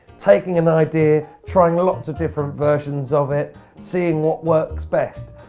taking an idea, trying lots of different versions of it, seeing what works best.